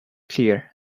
clear